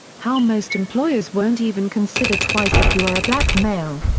how most employers won't even consider twice if you are a black male,